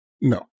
no